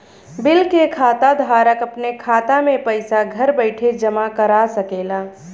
bill के खाता धारक अपने खाता मे पइसा घर बइठे जमा करा सकेला